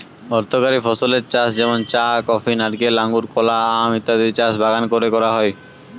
অর্থকরী ফসলের চাষ যেমন চা, কফি, নারকেল, আঙুর, কলা, আম ইত্যাদির চাষ বাগান কোরে করা হয়